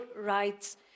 rights